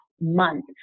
month